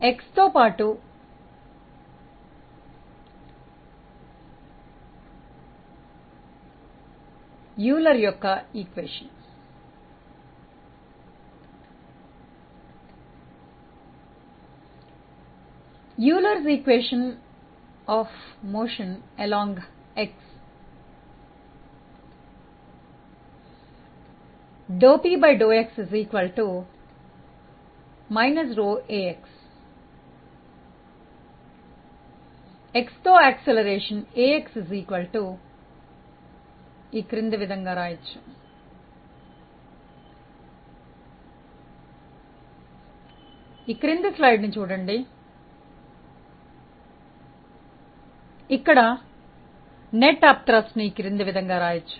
x తో పాటు చలనం యొక్క యూలర్ సమీకరణం పేజీ 7 x తో త్వరణం ax